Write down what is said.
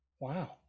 Wow